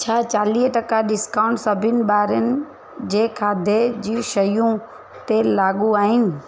छा चालीह टका डिस्काउंट सभिनी ॿारनि जे खाधे जूं शयूं ते लाॻू आहिनि